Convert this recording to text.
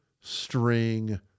string